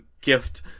gift